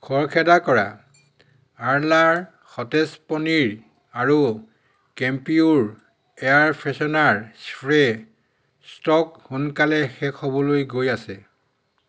খৰখেদা কৰা আৰ্লাৰ সতেজ পনীৰ আৰু কেম্পিউৰ এয়াৰ ফ্ৰেছনাৰ স্প্ৰে'ৰ ষ্টক সোনকালে শেষ হ'বলৈ গৈ আছে